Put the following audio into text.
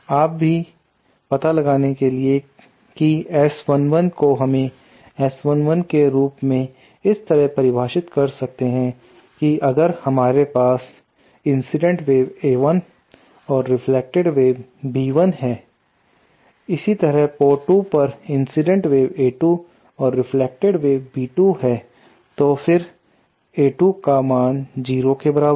आप भी है पता लगाने के लिए की S11को हमें S11 के रूप में इस तरह परिभाषित कर सकते हैं कि अगर हमारे पास इंसिडेंट वेव A1 और रिफ्लेक्टिव वेव B1 है इसी तरह पोर्ट 2 पर इंसिडेंट वेव A2 और रिफ्लेक्टिव वेव B2 है तो फिर A2 का मान 0 के बराबर है